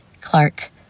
Clark